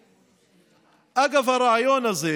אגב הרעיון הזה,